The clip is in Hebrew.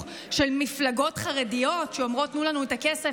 של מפלגות חרדיות שאומרות: תנו לנו את הכסף,